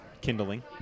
Kindling